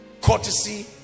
courtesy